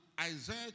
Isaiah